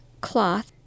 cloth